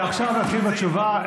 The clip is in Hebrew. עכשיו נתחיל בתשובה.